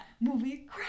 movie